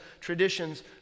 traditions